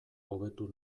hobetu